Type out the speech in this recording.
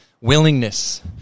willingness